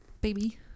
Baby